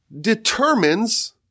determines